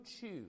choose